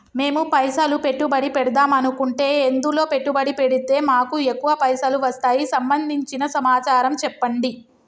మేము పైసలు పెట్టుబడి పెడదాం అనుకుంటే ఎందులో పెట్టుబడి పెడితే మాకు ఎక్కువ పైసలు వస్తాయి సంబంధించిన సమాచారం చెప్పండి?